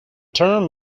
term